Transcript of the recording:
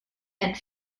and